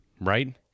right